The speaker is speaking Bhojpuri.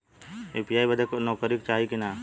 यू.पी.आई बदे नौकरी चाही की ना?